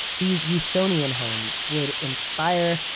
these usonian homes would inspire,